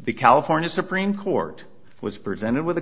the california supreme court was presented with a